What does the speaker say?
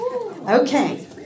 Okay